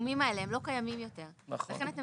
הסכומים האלה לא קיימים יותר לכן אתם